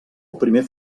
primer